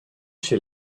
chez